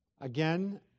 again